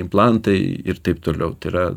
implantai ir taip toliau tai yra